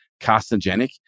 carcinogenic